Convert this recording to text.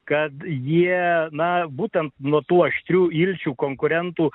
kad jie na būtent nuo tų aštrių ilčių konkurentų